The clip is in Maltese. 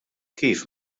kif